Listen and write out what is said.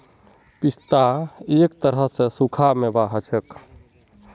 पिस्ता एक तरह स सूखा मेवा हछेक